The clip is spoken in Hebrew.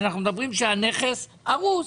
אנחנו מדברים על כך שהנכס הרוס.